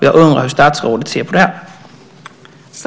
Jag undrar hur statsrådet ser på det.